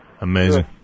Amazing